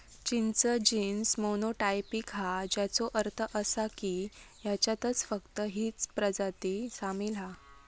चिंच genus monotypic हा, ज्याचो अर्थ असा की ह्याच्यात फक्त हीच प्रजाती सामील हा